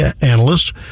analysts